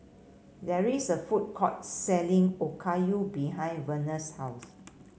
there is a food court selling Okayu behind Verner's house